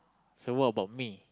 so what about me